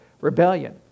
rebellion